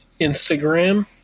Instagram